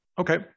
Okay